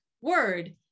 word